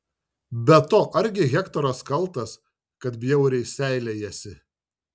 be to argi hektoras kaltas kad bjauriai seilėjasi